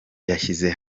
yashyize